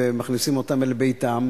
על מוצרים מסוימים,